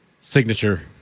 signature